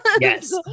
yes